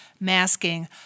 masking